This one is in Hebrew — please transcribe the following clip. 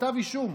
כתב אישום,